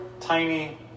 tiny